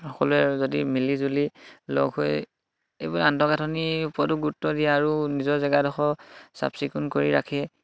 সকলোৱে যদি মিলি জুলি লগ হৈ এইবোৰ আন্তঃগাঁথনিৰ ওপৰতো গুৰুত্ব দিয়ে আৰু নিজৰ জেগাডখৰ চাফ চিকুণ কৰি ৰাখে